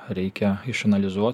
reikia išanalizuot